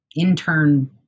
intern